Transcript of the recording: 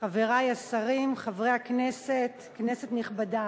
חברי השרים, חברי הכנסת, כנסת נכבדה,